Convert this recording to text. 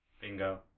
Bingo